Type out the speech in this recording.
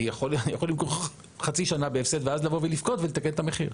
אני יכול למכור חצי שנה בהפסד ואז לבוא ולבכות ולתקן את המחיר.